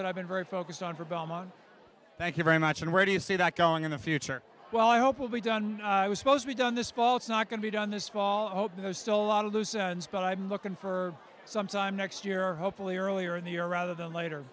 that i've been very focused on for belmont thank you very much and where do you see that going in the future well i hope will be done i was supposed to be done this fall it's not going to be done this fall i hope no stolen loose ends but i'm looking for sometime next year or hopefully earlier in the year rather than later